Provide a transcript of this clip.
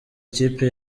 ikipe